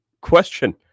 question